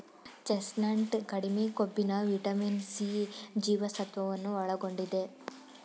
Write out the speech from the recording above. chestnut ಕಡಿಮೆ ಕೊಬ್ಬಿನ vitamin C ಜೀವಸತ್ವವನ್ನು ಒಳಗೊಂಡಿದೆ